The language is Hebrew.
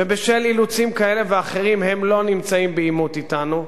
ובשל אילוצים כאלה ואחרים הם לא נמצאים בעימות אתנו.